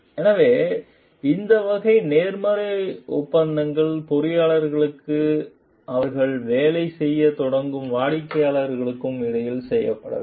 எனவே இந்த வகை நேர்மறையான ஒப்பந்தங்கள் பொறியாளர்களுக்கும் அவர்கள் வேலை செய்யத் தொடங்கும் வாடிக்கையாளர்களுக்கும் இடையில் செய்யப்பட வேண்டும்